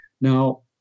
Now